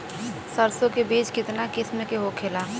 सरसो के बिज कितना किस्म के होखे ला?